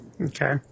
Okay